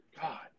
God